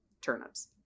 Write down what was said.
turnips